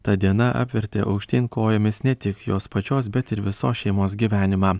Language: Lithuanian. ta diena apvertė aukštyn kojomis ne tik jos pačios bet ir visos šeimos gyvenimą